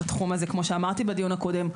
התחום הזה כמו שאמרתי בדיון הקודם,